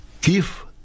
give